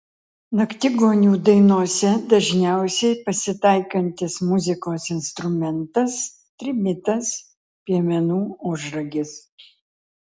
naktigonių dainose dažniausiai pasitaikantis muzikos instrumentas trimitas piemenų ožragis